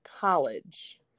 college